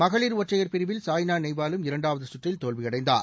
மகளிர் ஒற்றையர் பிரிவில் சாய்னா நேவாலும் இரண்டாவது சுற்றில் தோல்வியடைந்தார்